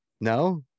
No